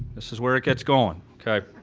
this is where it gets going okay.